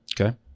okay